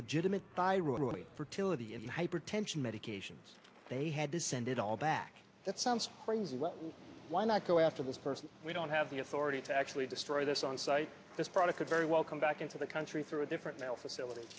legitimate by royal fertility in hypertension medications they had to send it all back that sounds crazy why not go after this person we don't have the authority to actually destroy this on site this product could very well come back into the country through a different mail facilit